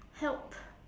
help